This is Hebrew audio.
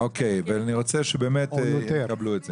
אני רוצה שהם יקבלו את זה.